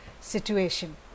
situation